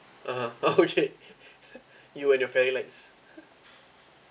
(uh huh) oh okay you and your fairy lights